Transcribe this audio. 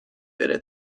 بره